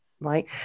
right